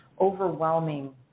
overwhelming